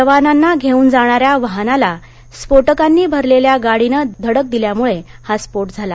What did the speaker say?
जवानांना घेऊन जाणाऱ्या वाहनाला स्फोटकांनी भरलेल्या गाडीने धडक दिल्यामुळे हा स्फोट झाला